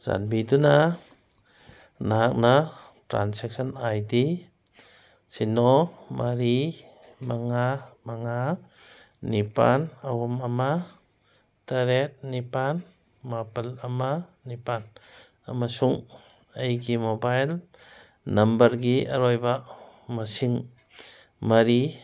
ꯆꯥꯟꯕꯤꯗꯨꯅ ꯅꯍꯥꯛꯅ transaction I D ꯁꯤꯅꯣ ꯃꯔꯤ ꯃꯉꯥ ꯃꯉꯥ ꯅꯤꯄꯥꯜ ꯑꯍꯨꯝ ꯑꯃ ꯇꯔꯦꯠ ꯅꯤꯄꯥꯜ ꯃꯥꯄꯜ ꯑꯃ ꯅꯤꯄꯥꯜ ꯑꯃꯁꯨꯡ ꯑꯩꯒꯤ ꯃꯣꯕꯥꯏꯜ ꯅꯝꯕꯔꯒꯤ ꯑꯔꯣꯏꯕ ꯃꯁꯤꯡ ꯃꯔꯤ